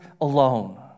alone